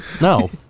No